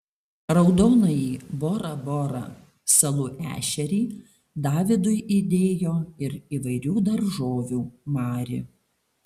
raudonąjį bora bora salų ešerį davidui įdėjo ir įvairių daržovių mari